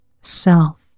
self